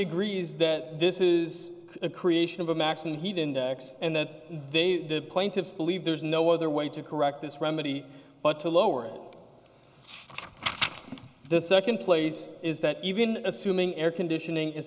agrees that this is a creation of a maximum heat index and that they the plaintiffs believe there is no other way to correct this remedy but to lower the second place is that even assuming air conditioning is